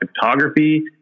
photography